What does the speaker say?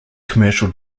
commercial